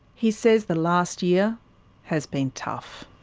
he says the last year has been tough.